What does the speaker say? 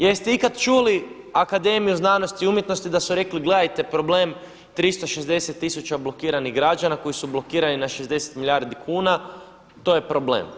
Jeste ikad čuli akademiju znanosti i umjetnosti da su rekli gledajte problem 360 tisuća blokiranih građana koji su blokirani na 60 milijardi kuna to je problem?